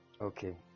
okay